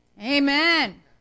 Amen